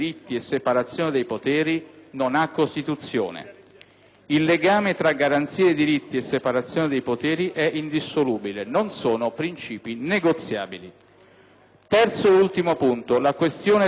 Il legame tra garanzia dei diritti e separazione dei poteri è indissolubile: non sono principi negoziabili. In terzo luogo, la questione democratica e il fastidio per i vincoli.